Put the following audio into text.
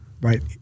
right